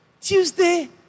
Tuesday